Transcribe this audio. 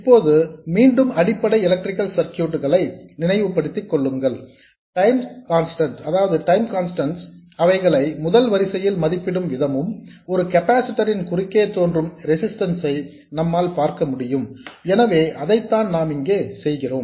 இப்போது மீண்டும் அடிப்படை எலக்ட்ரிக்கல் சர்க்யூட்ஸ் களை நினைவுபடுத்தி பாருங்கள் டைம் கன்ஸ்டன்ட்ஸ் ளை முதல் வரிசையில் மதிப்பிடும் விதமும் ஒரு கெப்பாசிட்டர் ன் குறுக்கே தோன்றும் ரெசிஸ்டன்ஸ் ஐ நம்மால் பார்க்க முடியும் எனவே அதைத்தான் இங்கே நாம் செய்கிறோம்